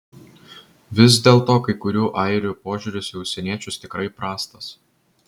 vis dėlto kai kurių airių požiūris į užsieniečius tikrai prastas